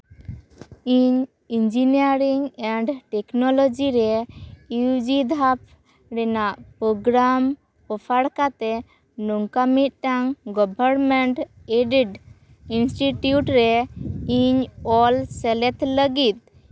ᱤᱧ engineering and technology ᱨᱮ UG ᱫᱷᱟᱯ ᱨᱮᱱᱟᱜ ᱯᱨᱳᱜᱨᱟᱢ ᱚᱯᱷᱟᱨ ᱠᱟᱛᱮ ᱱᱚᱝᱠᱟ ᱢᱤᱫᱴᱟᱝ ᱜᱚᱵᱷᱚᱨᱢᱮᱱᱴ ᱮᱰᱮᱰ ᱤᱱᱥᱴᱤᱴᱭᱩᱴ ᱨᱮ ᱤᱧ ᱚᱞ ᱥᱮᱞᱮᱫ ᱞᱟᱹᱜᱤᱫ